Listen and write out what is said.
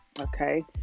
Okay